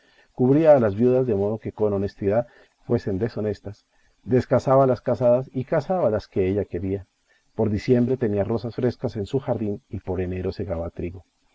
cubría a las viudas de modo que con honestidad fuesen deshonestas descasaba las casadas y casaba las que ella quería por diciembre tenía rosas frescas en su jardín y por enero segaba trigo